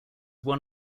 one